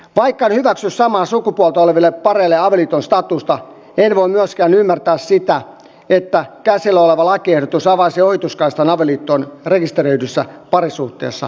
vaikka en hyväksy samaa sukupuolta oleville pareille avioliiton statusta en voi myöskään ymmärtää sitä että käsillä oleva lakiehdotus avaisi ohituskaistan avioliittoon rekisteröidyssä parisuhteessa eläville